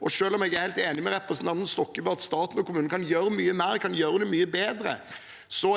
og selv om jeg er helt enig med representanten Stokkebø i at stat og kommune kan gjøre mye mer og kan gjøre det mye bedre,